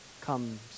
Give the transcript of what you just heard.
comes